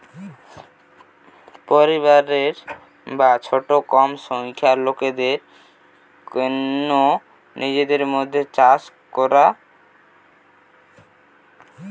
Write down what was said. পরিবারের বা ছোট কম সংখ্যার লোকদের কন্যে নিজেদের মধ্যে চাষ করা